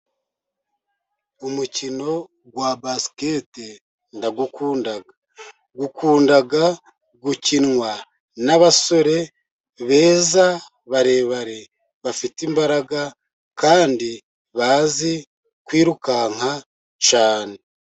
Umukino wa basikete ndawukunda, ukunda gukinwa n'abasore beza barebare bafite imbaraga kandi bazi kwirukanka cyane.